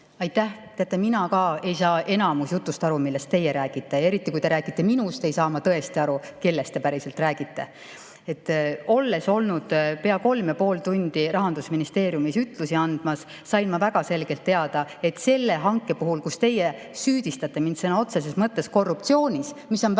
Aitäh! Teate, mina ka ei saa teie puhul enamuse jutu korral aru, millest te räägite. Ja eriti, kui te räägite minust, ei saa ma tõesti aru, kellest te päriselt räägite. Olles olnud pea kolm ja pool tundi Rahandusministeeriumis ütlusi andmas, sain ma väga selgelt teada, et selle hanke puhul, kus te süüdistate mind sõna otseses mõttes korruptsioonis – see on väga